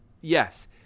Yes